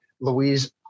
Louise